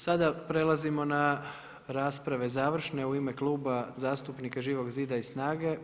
Sada prelazimo na rasprave završne u ime Kluba zastupnika Živog zida i SNAGA-e.